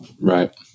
Right